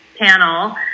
panel